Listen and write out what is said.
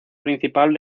principal